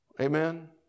Amen